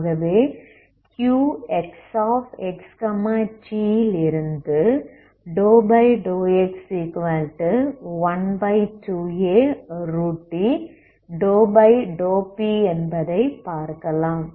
ஆகவேQxx tலிருந்து ∂x12αt∂p என்பதை பார்க்கலாம்